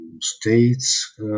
states